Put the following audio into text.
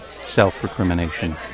self-recrimination